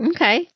Okay